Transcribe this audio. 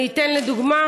אתן דוגמה: